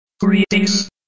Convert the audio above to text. Greetings